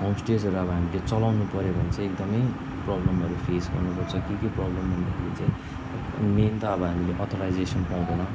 होमस्टेहरू अब हामीले चलाउनु पऱ्यो भने प्रब्लमहरू फेस गर्नु पर्छ के के प्रब्लम भन्दाखेरि चाहिँ अब मेन त अब हामीले अथराइजेसन पाउँदैन